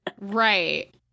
Right